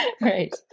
Right